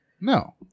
No